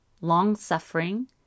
long-suffering